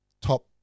top